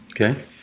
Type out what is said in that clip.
Okay